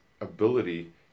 ability